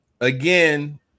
Again